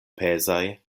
pezaj